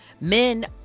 men